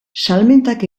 salmentak